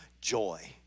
joy